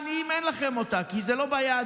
אין לכם את המילה "עניים", כי זה לא ביהדות.